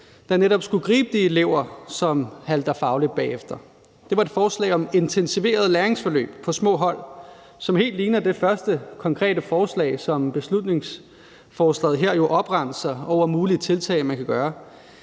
der netop skulle gribe de elever, som halter fagligt bagefter. Det var et forslag om intensiverede læringsforløb på små hold, som helt ligner det første konkrete tiltag blandt de muligheder, som beslutningsforslaget jo opremser man kan gøre.